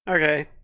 okay